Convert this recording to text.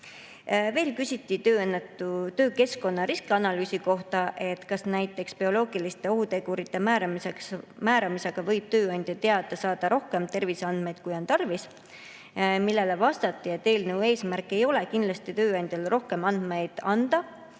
Veel küsiti töökeskkonna riskianalüüsi kohta, kas näiteks bioloogiliste ohutegurite määramisega võib tööandja teada saada rohkem terviseandmeid, kui on tarvis. Vastati, et eelnõu eesmärk ei ole kindlasti tööandjale rohkem andmeid anda